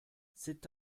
c’est